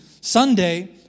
Sunday